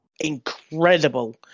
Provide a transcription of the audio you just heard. incredible